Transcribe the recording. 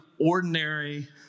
ordinary